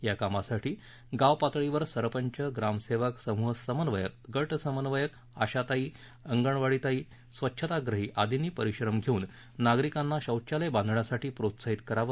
या कामासाठी गाव पातळीवर सरपंच ग्रामसेवक समृह समन्वयक गट समन्वयक आशाताई अंगणवाडीताई स्वच्छाग्रही आदींनी परिश्रम घेऊन नागरिकांना शौचालय बांधकामासाठी प्रोत्साहित करावं